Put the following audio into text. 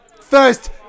First